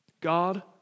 God